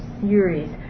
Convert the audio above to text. series